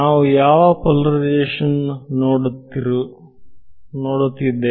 ನಾವು ಯಾವ ಪೋಲಾರೈಸೇಶನ್ ನೋಡುತ್ತಿರುವೆ